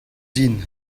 din